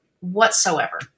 whatsoever